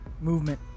movement